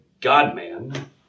God-man